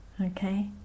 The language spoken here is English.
Okay